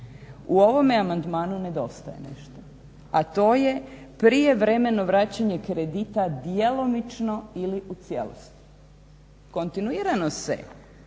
U ovome amandmanu nedostaje nešto, a to je prijevremeno vraćanje kredita djelomično ili u cijelosti. Kontinuirano se